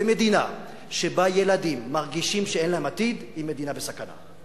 ומדינה שבה ילדים מרגישים שאין להם עתיד היא מדינה בסכנה,